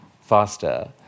faster